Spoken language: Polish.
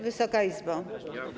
Wysoka Izbo!